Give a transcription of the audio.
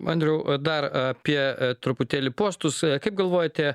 andriau dar apie truputėlį postus kaip galvojate